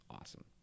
awesome